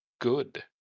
good